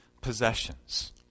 possessions